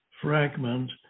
fragment